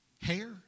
hair